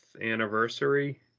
Anniversary